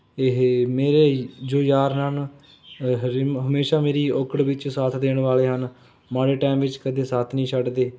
ਇਹ ਮੇਰੇ ਜੋ ਯਾਰ ਹਨ ਹਰਿਮ ਹਮੇਸ਼ਾਂ ਮੇਰੀ ਔਕੜ ਵਿੱਚ ਸਾਥ ਦੇਣ ਵਾਲੇ ਹਨ ਮਾੜੇ ਟਾਈਮ ਵਿੱਚ ਕਦੇ ਸਾਥ ਨਹੀਂ ਛੱਡਦੇ